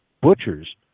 butchers